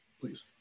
please